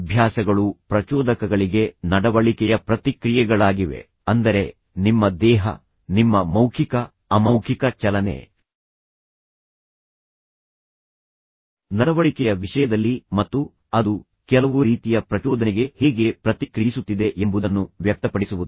ಅಭ್ಯಾಸಗಳು ಪ್ರಚೋದಕಗಳಿಗೆ ನಡವಳಿಕೆಯ ಪ್ರತಿಕ್ರಿಯೆಗಳಾಗಿವೆ ಅಂದರೆ ನಿಮ್ಮ ದೇಹ ನಿಮ್ಮ ಮೌಖಿಕ ಅಮೌಖಿಕ ಚಲನೆ ನಡವಳಿಕೆಯ ವಿಷಯದಲ್ಲಿ ಮತ್ತು ಅದು ಕೆಲವು ರೀತಿಯ ಪ್ರಚೋದನೆಗೆ ಹೇಗೆ ಪ್ರತಿಕ್ರಿಯಿಸುತ್ತಿದೆ ಎಂಬುದನ್ನು ವ್ಯಕ್ತಪಡಿಸುವುದು